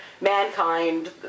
Mankind